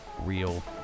real